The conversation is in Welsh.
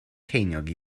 ceiniog